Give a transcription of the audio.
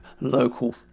local